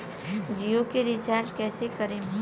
जियो के रीचार्ज कैसे करेम?